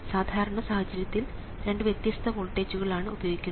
സാധാരണ സാഹചര്യത്തിൽ രണ്ട് വ്യത്യസ്ത വോൾട്ടേജുകൾ ആണ് ഉപയോഗിക്കുന്നത്